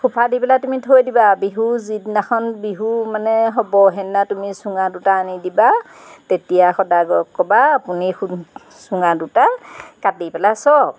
সোপা দি পেলাই তুমি থৈ দিবা বিহু যিদিনাখন বিহু মানে হ'ব সেইদিনা তুমি চুঙা দুটা আনি দিবা তেতিয়া সদাগৰক ক'বা আপুনি চুঙা দুটা কাটি পেলাই চাওক